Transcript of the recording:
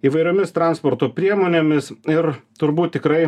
įvairiomis transporto priemonėmis ir turbūt tikrai